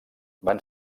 van